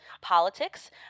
politics